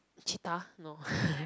cheetah no